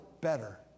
better